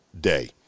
day